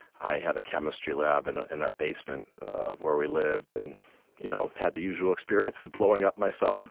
i had a chemistry lab in ah in our basement of where we lived and you know had the usual experience of blowing up myself